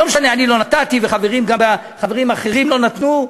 לא משנה, אני לא נתתי, וגם חברים אחרים לא נתנו.